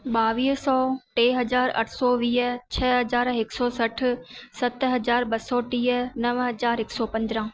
ॿावीह सौ टे हज़ार अठ सौ वीह छह हज़ार हिकु सौ सठि सत हज़ार ॿ सौ टीह नव हज़ार हिकु सौ पंदरहां